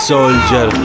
Soldier